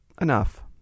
Enough